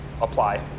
apply